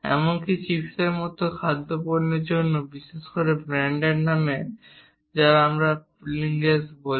এমনকি চিপসের মতো খাদ্য পণ্যের জন্যও বিশেষ করে ব্র্যান্ডের নাম যাকে আমরা প্রিংলস বলি